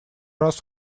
раз